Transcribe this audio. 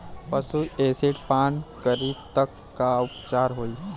पशु एसिड पान करी त का उपचार होई?